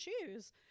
choose